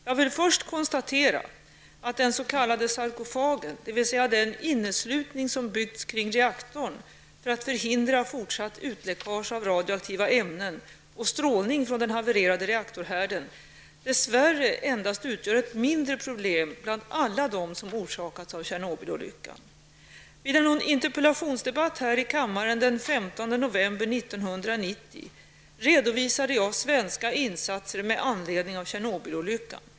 Jag vill först konstatera att den s.k. sarkofagen, dvs. den inneslutning som byggts kring reaktorn, för att förhindra fortsatt utläckage av radioaktiva ämnen och strålning från den havererade reaktorhärden, dess värre endast ugör ett mindre problem bland alla dem som orsakats av Vid en interpellationsdebatt här i kammaren den 15 november 1990 redovisade jag svenska insatser med anledning av Tjernobylolyckan.